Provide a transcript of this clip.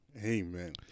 amen